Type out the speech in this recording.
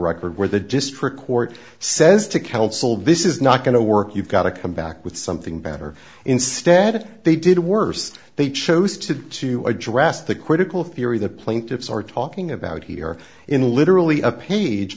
record where the district court says to help solve this is not going to work you've got to come back with something better instead they did worse they chose to do to address the critical theory the plaintiffs are talking about here in literally a page